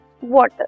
water